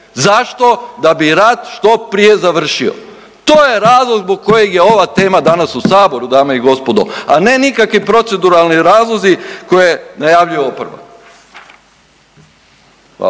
Zašto? Da bi rat što prije završio. To je razlog zbog kojega je ova tema danas u Saboru dame i gospodo, a ne nikakvi proceduralni razlozi koje najavljuje oporba. Hvala.